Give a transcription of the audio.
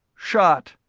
shot.